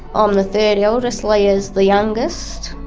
um the third eldest, leah is the youngest.